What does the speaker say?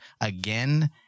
again